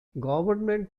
government